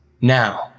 Now